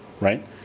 right